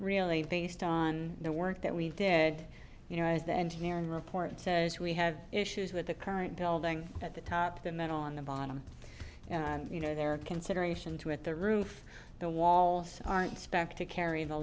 really based on the work that we did you know as the engineering report says we have issues with the current building at the top the men on the bottom and you know there are consideration to it the roof the walls aren't spec to carry the